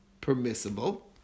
permissible